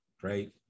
Great